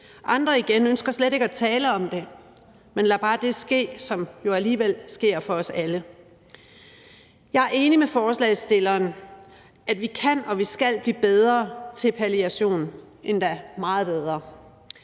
andre igen ønsker slet ikke at tale om det, men lader bare det ske, som jo alligevel sker for os alle. Jeg er enig med forslagsstillerne i, at vi kan og vi skal blive bedre til palliation – endda meget bedre.